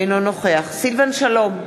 אינו נוכח סילבן שלום,